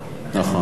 אני מסתמך על,